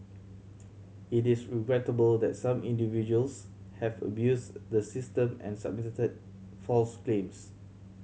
it is regrettable that some individuals have abused the system and submitted false claims